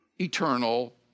eternal